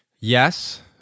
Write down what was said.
Yes